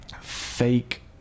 fake